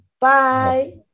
Bye